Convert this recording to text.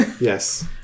Yes